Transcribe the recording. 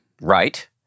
right